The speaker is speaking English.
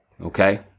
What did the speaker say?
okay